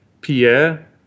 Pierre